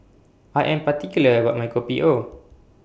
I Am particular about My Kopi O